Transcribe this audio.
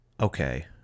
okay